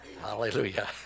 Hallelujah